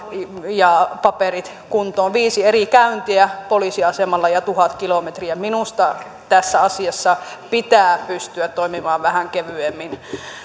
ja paperit kuntoon viisi eri käyntiä poliisiasemalla ja tuhat kilometriä minusta tässä asiassa pitää pystyä toimimaan vähän kevyemmin